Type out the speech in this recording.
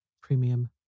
Premium